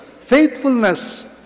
faithfulness